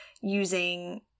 using